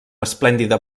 esplèndida